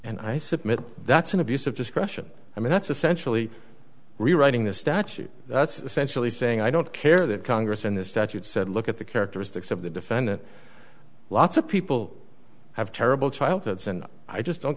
submit that's an abuse of discretion i mean that's essentially rewriting the statute that's essentially saying i don't care that congress in this statute said look at the characteristics of the defendant lots of people have terrible childhoods and i just don't